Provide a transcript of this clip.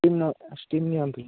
steam ନେ steam ନିଅନ୍ତୁ